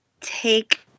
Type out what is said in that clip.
take